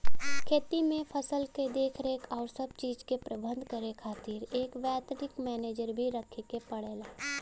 खेती में फसल क देखरेख आउर सब चीज के प्रबंध करे खातिर एक वैतनिक मनेजर भी रखे के पड़ला